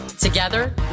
Together